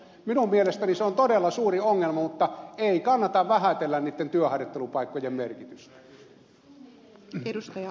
minun mielestäni se on todella suuri ongelma mutta ei kannata vähätellä niitten työharjoittelupaikkojen merkitystä